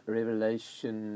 Revelation